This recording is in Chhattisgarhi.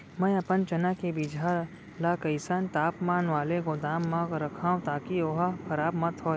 मैं अपन चना के बीजहा ल कइसन तापमान वाले गोदाम म रखव ताकि ओहा खराब मत होवय?